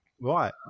Right